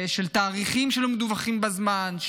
של תאריכים שלא מדווחים בזמן,